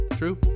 True